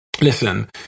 Listen